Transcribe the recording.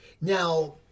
Now